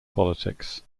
politics